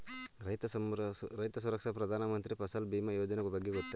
ರೈತ ಸುರಕ್ಷಾ ಪ್ರಧಾನ ಮಂತ್ರಿ ಫಸಲ್ ಭೀಮ ಯೋಜನೆಯ ಬಗ್ಗೆ ಗೊತ್ತೇ?